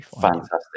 fantastic